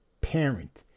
parent